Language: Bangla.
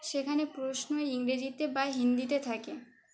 সেখানে প্রশ্ন ইংরেজিতে বা হিন্দিতে থাকে